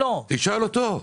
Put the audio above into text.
תשאל אותו.